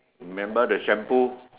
remember the shampoo